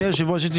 אני רוצה